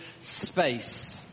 space